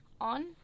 on